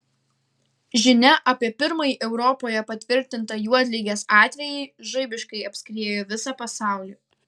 žinia apie pirmąjį europoje patvirtintą juodligės atvejį žaibiškai apskriejo visą pasaulį